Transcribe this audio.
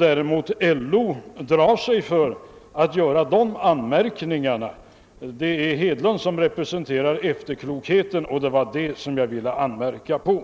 medan LO drar sig för att göra den anmärkningen. Det är herr Hedlund som representerar efterklokheten, och det var det jag ville anmärka på.